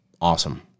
awesome